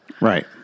Right